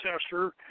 tester